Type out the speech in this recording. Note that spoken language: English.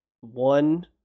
one